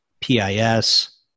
PIS